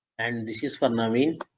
and this is phenomena